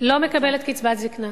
לא מקבלת קצבת זיקנה.